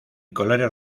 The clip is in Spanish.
colores